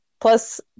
plus